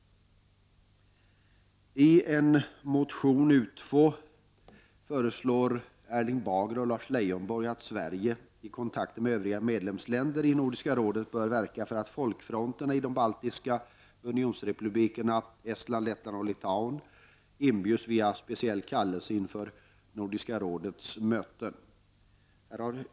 I en motion, U2, föreslår Erling Bager och Lars Leijonborg att Sverige i kontakt med övriga medlemsländer i Nordiska rådet bör verka för att folkfronterna i de baltiska unionsrepublikerna Estland, Lettland och Litauen inbjuds via speciell kallelse inför Nordiska rådets möten.